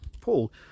Paul